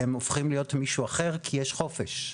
הם הופכים להיות מישהו אחר כי יש חופש.